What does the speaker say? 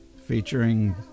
featuring